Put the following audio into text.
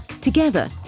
Together